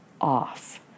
off